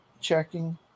checking